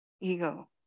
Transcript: Ego